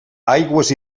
aigües